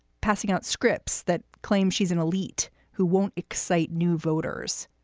passing out scripts that claim she's an elite who won't excite new voters.